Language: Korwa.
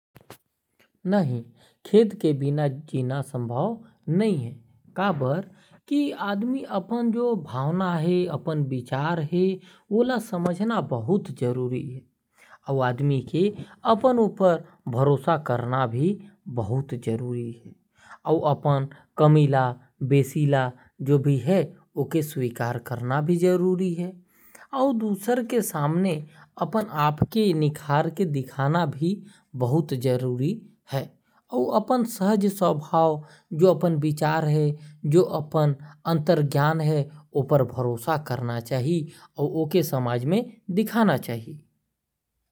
नहीं खेद के बिना जीना संभव नहीं है। का बर आदमी अपन जो भावना है अपन विचार ल समझना बहुत जरूरी है। आऊ आदमी के अपन ऊपर भरोसा करना बहुत जरूरी है और अपन गलती ला सुधार के दिखाना बहुत जरूरी है । और सबके सामने अपन आप के निखर के दिखाना चाहे ।